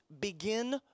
begin